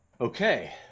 okay